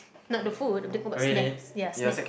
not the food I'm talking about snacks ya snack